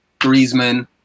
Griezmann